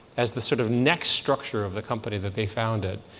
as the sort of next structure of the company that they founded,